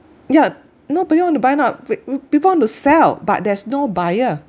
yeah nobody want to buy now people want to sell but there's no buyer